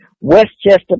Westchester